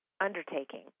undertaking